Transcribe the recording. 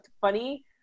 funny